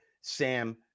Sam